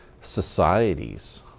societies